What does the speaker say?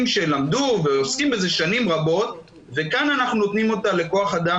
שלמדו ועוסקים בזה שנים רבות וכאן אנחנו נותנים אותה לכוח אדם